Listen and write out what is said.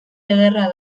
ederra